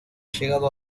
llegado